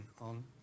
on